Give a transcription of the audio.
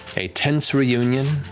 a tense reunion,